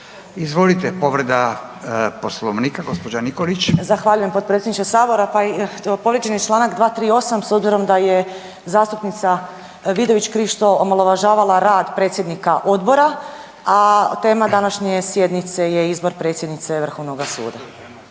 Izvolite, povreda Poslovnika, gđa. Nikolić. **Nikolić, Romana (SDP)** Zahvaljujem potpredsjedniče Sabora. Povrijeđen je čl. 238 s obzirom da je zastupnica Vidović Krišto omalovažavala rad predsjednika Odbora, a tema današnje sjednice je izbor predsjednice Vrhovnoga suda.